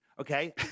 Okay